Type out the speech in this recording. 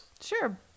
Sure